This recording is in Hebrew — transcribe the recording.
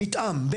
מתאם,